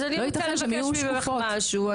אז אני רוצה לבקש ממך משהו.